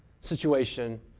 situation